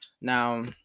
now